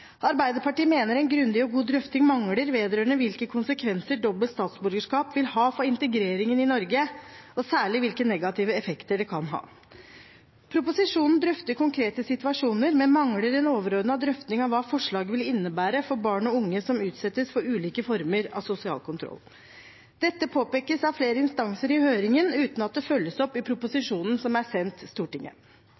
Arbeiderpartiet mener en grundig og god drøfting mangler vedrørende hvilke konsekvenser dobbelt statsborgerskap vil ha for integreringen i Norge, og særlig hvilke negative effekter det kan ha. Proposisjonen drøfter konkrete situasjoner, men mangler en overordnet drøfting av hva forslaget vil innebære for barn og unge som utsettes for ulike former for sosial kontroll. Dette påpekes av flere instanser i høringen, uten at det følges opp i